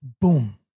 boom